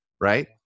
Right